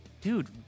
dude